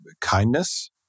kindness